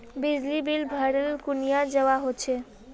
बिजली बिल भरले कुनियाँ जवा होचे?